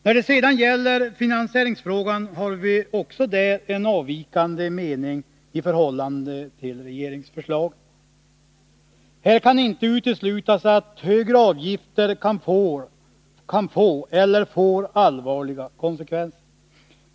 När det sedan gäller finansieringsfrågan har vi också där en avvikande mening i förhållande till regeringsförslaget. Här kan inte uteslutas att högre avgifter kan få eller får allvarliga konsekvenser.